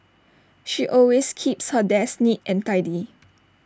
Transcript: she always keeps her desk neat and tidy